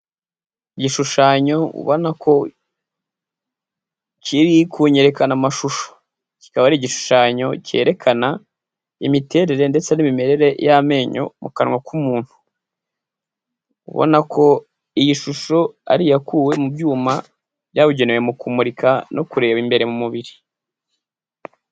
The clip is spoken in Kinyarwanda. Igishushanyo ubona ko kiri kunyerekana mashusho, kikaba ari igishushanyo cyerekana imiterere ndetse n'imimerere y'amenyo mu kanwa k'umuntu. Ubona ko iyi shusho ari iyakuwe mu byuma byabugenewe, mu kumurika no kureba imbere mu mubiri.